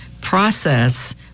process